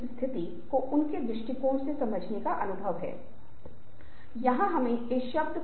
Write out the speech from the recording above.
आप फिर से एक ही बात कहते हैं और आप पाते हैं कि बहुत अधिक जानकारी उपलब्ध है